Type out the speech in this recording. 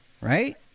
Right